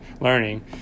learning